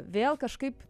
vėl kažkaip